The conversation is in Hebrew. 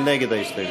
מי נגד ההסתייגות?